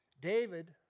David